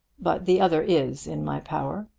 but the other is in my power.